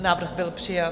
Návrh byl přijat.